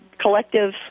collective